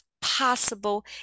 possible